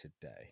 today